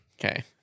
Okay